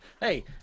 Hey